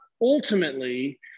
ultimately